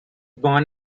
born